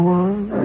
one